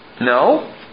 No